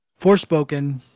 Forspoken